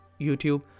YouTube